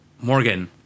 Morgan